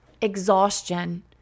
exhaustion